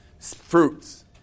Fruits